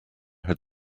had